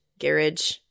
garage